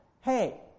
Hey